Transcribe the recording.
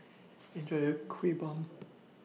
Enjoy your Kuih Bom